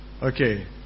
Okay